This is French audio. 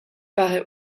paraît